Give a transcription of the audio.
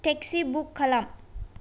taxi book खालाम